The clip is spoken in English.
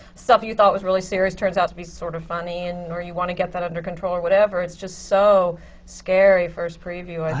stuff you thought was really serious turns out to be sort of funny. and or you want to get that under control, or whatever. it's just so scary, first preview,